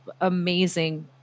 amazing